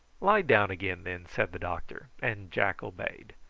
lie down again, then, said the doctor and jack obeyed,